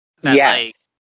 Yes